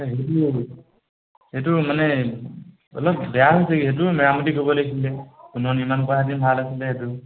সেইটো মানে অলপ বেয়া হৈছে সেইটো মেৰামতি কৰিব লাগিছিলে পুনৰ নিৰ্মান কৰাহেঁতেন ভাল আছিলে সেইটো